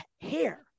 hair